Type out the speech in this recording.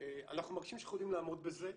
אנחנו מרגישים שאנחנו יכולים לעמוד בזה.